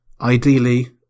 Ideally